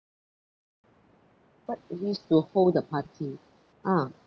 what you wish to hold the party ah